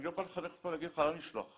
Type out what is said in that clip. אני לא בא לחנך אותך ולהגיד לך לאן לשלוח.